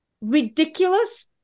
ridiculous